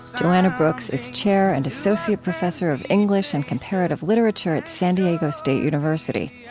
joanna brooks is chair and associate professor of english and comparative literature at san diego state university.